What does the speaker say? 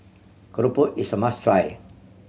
keropok is a must try